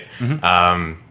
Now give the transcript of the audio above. right